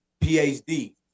PhD